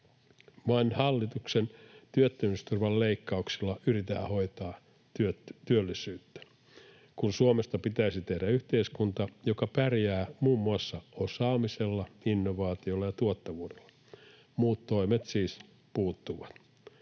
Maan hallituksen työttömyysturvan leikkauksilla yritetään hoitaa työllisyyttä, kun Suomesta pitäisi tehdä yhteiskunta, joka pärjää muun muassa osaamisella, innovaatioilla ja tuottavuudella. Muut toimet siis puuttuvat.